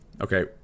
okay